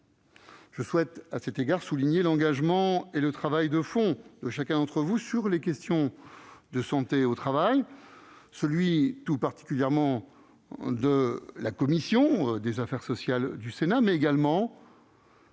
Je souhaite à cet égard souligner l'engagement et le travail de fond de chacun d'entre vous sur les questions de santé au travail, tout particulièrement celui de la commission des affaires sociales du Sénat, notamment